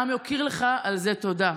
העם יוקיר לך על זה תודה.